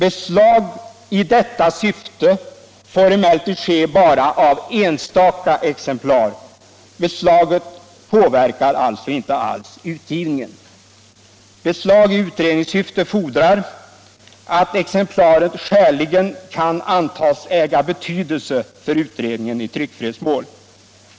Emellertid får bara enstaka exemplar tas i beslag i detta syfte. Beslaget påverkar alltså inte alls utgivningen. För beslag i utredningssyfte fordras att exemplaren skäligen kan antas äga betydelse för utredningen i tryckfrihetsmål.